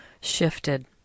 shifted